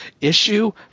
issue